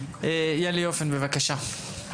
יהלי אופן, בבקשה.